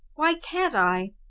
why can't i?